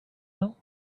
now